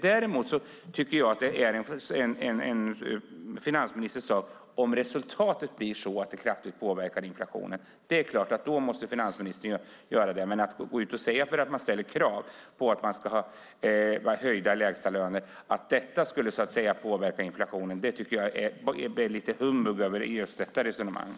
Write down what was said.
Däremot tycker jag att det är en finansministers sak om resultatet blir sådant att det kraftigt påverkar inflationen. Det är klart att finansministern då måste göra det. Men att gå ut och säga att det krav vi ställer på höjda lägstalöner skulle påverka inflationen tycker jag är ett resonemang som det är lite humbug över.